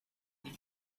the